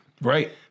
Right